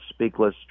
speakless